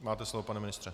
Máte slovo, pane ministře.